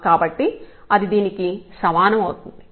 కాబట్టి అది దీనికి సమానం అవుతుంది